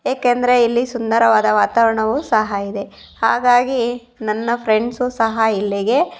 ಏಕೆಂದರೆ ಇಲ್ಲಿ ಸುಂದರವಾದ ವಾತಾವರಣವು ಸಹ ಇದೆ ಹಾಗಾಗಿ ನನ್ನ ಫ್ರೆಂಡ್ಸು ಸಹ ಇಲ್ಲಿಗೆ